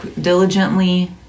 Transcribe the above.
diligently